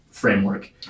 Framework